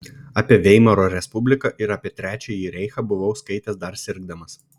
apie veimaro respubliką ir apie trečiąjį reichą buvau skaitęs dar sirgdamas